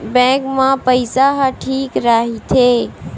Bank मा पईसा ह ठीक राइथे?